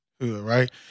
right